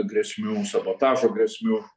grėsmių sabotažo grėsmių